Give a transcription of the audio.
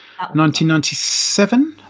1997